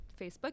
Facebook